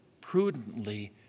prudently